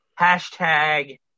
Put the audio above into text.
hashtag